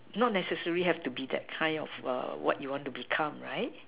not necessary have to be that kind of err what you want to become right